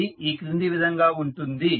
అది ఈ క్రింది విధంగా ఉంటుంది